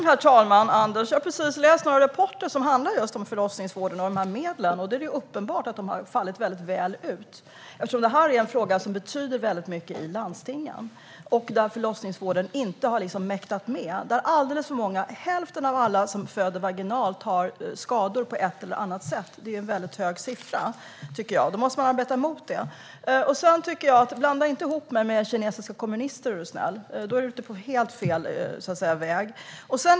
Herr talman! Anders! Jag har precis läst några rapporter om förlossningsvården och de här medlen. Det är uppenbart att de har fallit väldigt väl ut, eftersom detta är en fråga som betyder väldigt mycket i landstingen. Förlossningsvården har inte mäktat med det här. Hälften av alla som föder vaginalt har skador på ett eller annat sätt. Det är alldeles för många. Det är en väldigt hög siffra, tycker jag. Då måste man arbeta mot det. Blanda inte ihop mig med kinesiska kommunister, är du snäll! Då är du inne på helt fel väg.